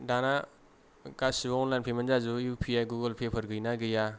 दाना गासिबो online payment जाजोबो गुगोल पे फोर गैयो ना गैया